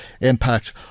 impact